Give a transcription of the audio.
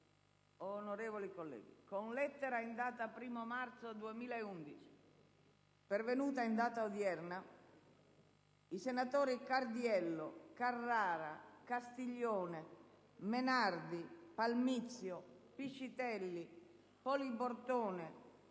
Onorevoli colleghi, con lettera in data 1° marzo 2011, pervenuta in data odierna, i senatori Cardiello, Carrara, Castiglione, Menardi, Palmizio, Piscitelli, Poli Bortone,